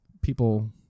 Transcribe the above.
people